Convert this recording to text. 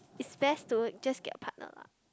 it's best to just get a partner lah